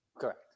Correct